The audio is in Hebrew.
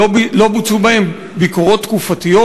לא בוצעו בהן ביקורות תקופתיות.